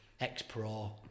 ex-pro